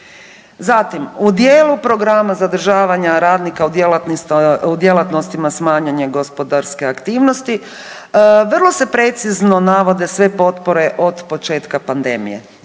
Zatim, u dijelu programa zadržavanja radnika u djelatnostima smanjene gospodarske aktivnosti vrlo se precizno navode sve potpore od početka pandemije,